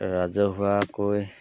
ৰাজহুৱাকৈ